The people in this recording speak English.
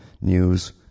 news